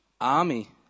Army